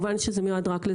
הרעיון הוא,